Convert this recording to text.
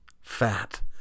fat